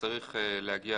שצריך להגיע